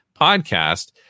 podcast